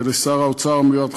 ולשר האוצר המיועד,